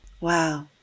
Wow